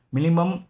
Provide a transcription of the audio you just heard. Minimum